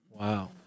Wow